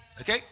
Okay